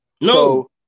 No